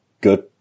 good